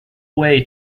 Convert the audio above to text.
way